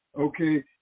Okay